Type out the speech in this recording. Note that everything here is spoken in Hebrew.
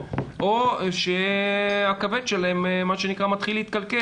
או שהכבד שלהם מה שנקרא מתחיל להתקלקל